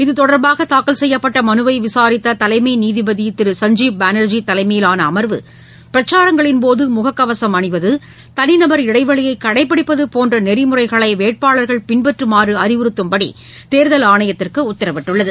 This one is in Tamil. இத்தொடர்பாகதாக்கல் செய்யப்பட்டமனுவைவிசாரித்ததலைமைநீதிபதிதிரு சஞ்ஜீப் பானர்ஜி தலையிலானஅமர்வு பிரச்சாரங்களின் போதுமுகக்கவசம் அணிவது கனிநபர் இடைவெளியைகடைபிடிப்பதுபோன்றநெறிமுறைகளைவேட்பாளர்கள் பின்பற்றமாறுஅறிவுறுத்தும்படிதேர்தல் ஆணையத்துக்குஉத்தரவிட்டுள்ளது